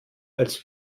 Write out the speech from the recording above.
als